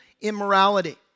immorality